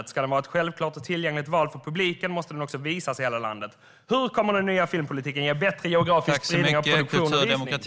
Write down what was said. Ska svensk film vara ett självklart och tillgängligt val för publiken måste den också visas i hela landet. Hur kommer den nya filmpolitiken ge bättre geografisk spridning av produktion och visning?